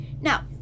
Now